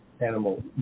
animal